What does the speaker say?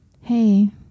hey